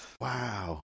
Wow